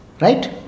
Right